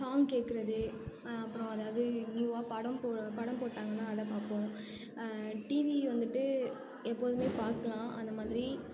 song கேட்குறது அப்புறோம் அதாவது நியூவா படம் போடுற படம் போட்டாங்கன்னால் அதை பார்ப்போம் டிவி வந்துட்டு எப்போதுமே பார்க்கலாம் அந்த மாதிரி